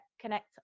connect